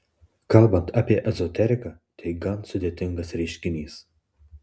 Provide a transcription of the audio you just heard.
kalbant apie ezoteriką tai gan sudėtingas reiškinys